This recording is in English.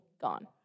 gone